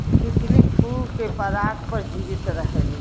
तितली फूल के पराग पर जीवित रहेलीन